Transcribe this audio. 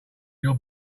your